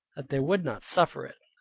that they would not suffer it.